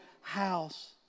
house